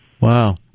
wow